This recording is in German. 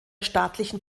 staatlichen